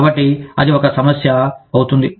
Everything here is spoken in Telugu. కాబట్టి అది ఒక సమస్య అవుతుంది